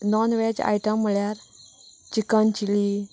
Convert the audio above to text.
non veg item म्हळ्यार chicken chilli